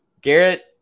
garrett